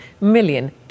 million